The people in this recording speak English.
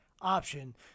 option